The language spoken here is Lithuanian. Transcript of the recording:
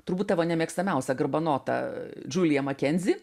turbūt tavo nemėgstamiausią garbanotą džiuliją makenzį